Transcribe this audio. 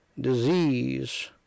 disease